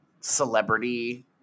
Celebrity